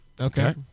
Okay